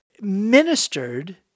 ministered